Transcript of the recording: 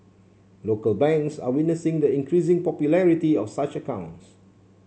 local banks are witnessing the increasing popularity of such accounts